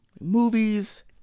Movies